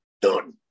done